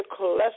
cholesterol